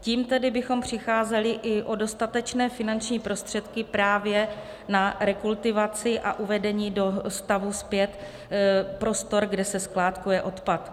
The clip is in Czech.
Tím tedy bychom přicházeli i o dostatečné finanční prostředky právě na rekultivaci a uvedení do stavu zpět prostor, kde se skládkuje odpad.